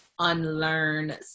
unlearn